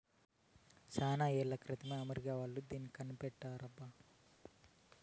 చానా ఏళ్ల క్రితమే అమెరికా వాళ్ళు దీన్ని కనిపెట్టారబ్బా